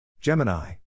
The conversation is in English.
Gemini